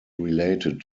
related